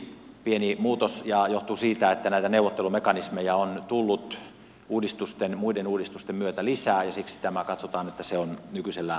pieni muutos johtuu siitä että näitä neuvottelumekanismeja on tullut muiden uudistusten myötä lisää ja siksi katsotaan että se on nykyisellään tarpeeton